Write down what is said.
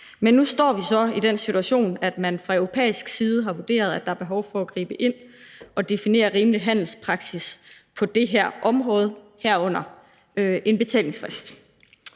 Men nu står vi så i den situation, at man fra europæisk side har vurderet, at der er behov for at gribe ind og definere rimelig handelspraksis på det her område, herunder en betalingsfrist.